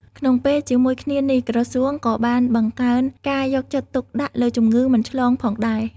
ក្នុងពេលជាមួយគ្នានេះ ក្រសួងក៏បានបង្កើនការយកចិត្តទុកដាក់លើជំងឺមិនឆ្លងផងដែរ។